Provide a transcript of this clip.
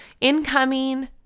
incoming